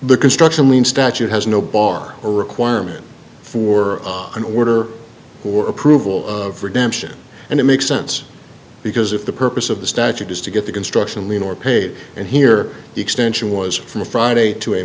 the construction lien statute has no bar a requirement for an order or approval of redemption and it makes sense because if the purpose of the statute is to get the construction lien or paid and hear the extension was from a friday to a